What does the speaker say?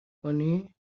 کنی